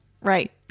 Right